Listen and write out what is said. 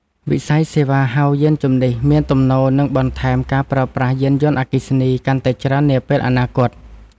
វិស័យសេវាហៅយានជំនិះ មានទំនោរនឹងបន្ថែមការប្រើប្រាស់យានយន្តអគ្គិសនីកាន់តែច្រើននាពេលអនាគត។